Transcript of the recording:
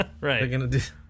right